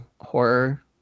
horror